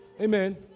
Amen